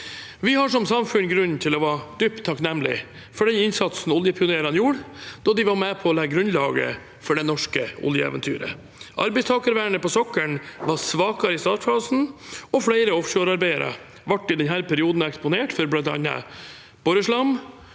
Vi har som samfunn grunn til å være dypt takknemlig for den innsatsen oljepionerene gjorde da de var med på å legge grunnlaget for det norske oljeeventyret. Arbeidstakervernet på sokkelen var svakere i startfasen, og flere offshorearbeidere ble i den perioden eksponert for bl.a. boreslam,